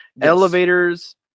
Elevators